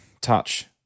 Touch